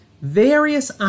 various